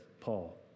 Paul